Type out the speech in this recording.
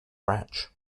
ranch